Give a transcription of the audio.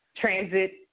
transit